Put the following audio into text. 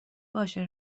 باشه